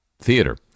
theater